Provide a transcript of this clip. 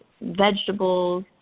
vegetables